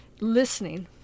listening